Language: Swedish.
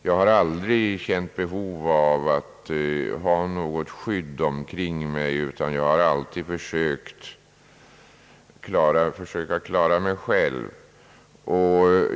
Jag har nämligen aldrig känt något behov av att ha något skydd omkring mig, utan jag har alltid försökt att klara mig själv.